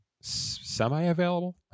semi-available